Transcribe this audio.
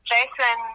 Jason